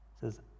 says